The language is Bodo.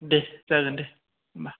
दे जागोन दे होम्बा